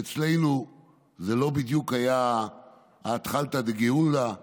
אצלנו זה לא בדיוק היה אתחלתא דגאולה.